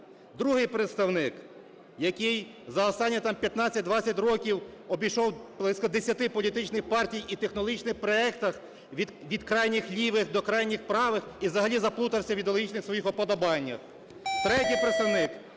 Другий представник, який за останні там 15-20 років обійшов близько 10 політичних партій і технологічних проектів, від крайніх лівих до крайніх правих, і взагалі заплутався в ідеологічних своїх уподобаннях.